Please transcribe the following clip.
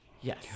Yes